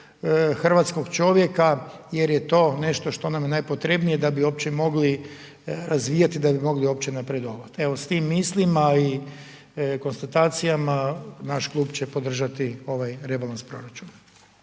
hrvatskog čovjeka jer je to nešto što nam je najpotrebnije da bi uopće mogli razvijati, da bi mogli uopće napredovati. Evo s tim mislima i konstatacijama, naš klub će podržati ovaj rebalans proračuna.